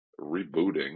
rebooting